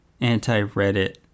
anti-Reddit